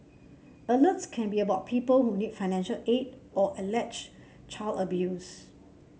alerts can be about people who need financial aid or alleged child abuse